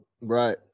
right